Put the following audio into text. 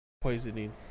poisoning